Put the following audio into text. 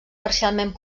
parcialment